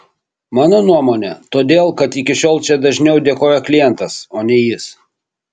mano nuomone todėl kad iki šiol čia dažniau dėkoja klientas o ne jis